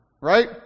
Right